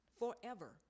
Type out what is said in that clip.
forever